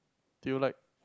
do you like